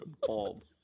bald